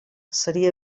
seria